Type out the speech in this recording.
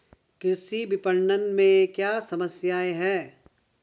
कृषि विपणन में क्या समस्याएँ हैं?